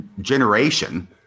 generation